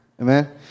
amen